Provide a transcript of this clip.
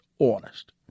honest